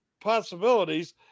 possibilities